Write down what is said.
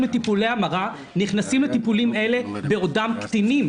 לטיפולי ההמרה נכנסים לטיפולים אלה בעודם קטינים,